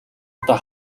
удаа